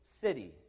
city